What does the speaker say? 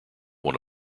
one